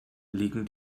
liegen